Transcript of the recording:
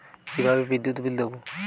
কিভাবে বিদ্যুৎ বিল দেবো?